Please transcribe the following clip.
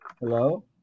Hello